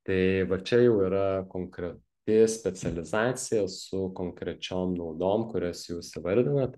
tai va čia jau yra konkreti specializacija su konkrečiom naudom kurias jūs įvardinat